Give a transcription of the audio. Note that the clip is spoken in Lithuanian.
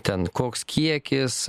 ten koks kiekis